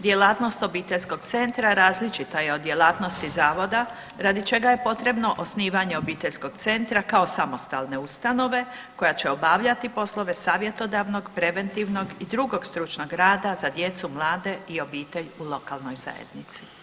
Djelatnost obiteljskog centra različita je od djelatnosti zavoda radi čega je potrebno osnivanje obiteljskog centra kao samostalne ustanove koja će obavljati poslove savjetodavnog, preventivnog i drugog stručnog rada za djecu, mlade i obitelj u lokalnoj zajednici.